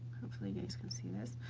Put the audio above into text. hopefully you guys can see this,